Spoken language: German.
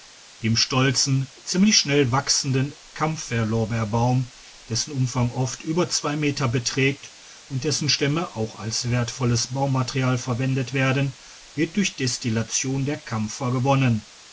dem stolzen ziemlich schnell wachsenden kampferlorbeerbaum dessen umfang oft über zwei meter beträgt und dessen stämme auch als wertvolles baumaterial verwendet werden wird durch destillation der kampfer gewonnen